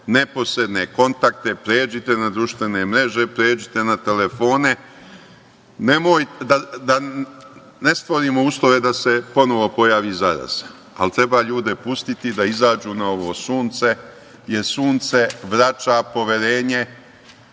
neposredne kontakte, pređite na društvene mreže, pređite na telefone, da ne stvorimo uslove da se ponovo pojavi zaraza, ali treba ljude pustiti da izađu na ovo sunce jer sunce vraća poverenje